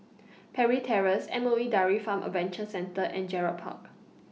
Parry Terrace M O E Dairy Farm Adventure Centre and Gerald Park